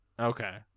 okay